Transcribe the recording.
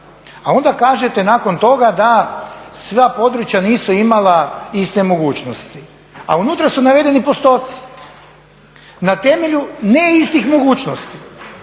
a onda kažete nakon toga da sva područja nisu imala iste mogućnosti, a unutra su navedeni postoci na temelju ne istih mogućnosti.